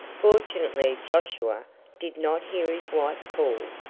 fortunately josiah did not hear his wife call,